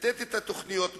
לתת להם את תוכניות המיתאר,